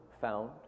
found